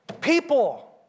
people